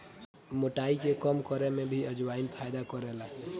मोटाई के कम करे में भी अजवाईन फायदा करेला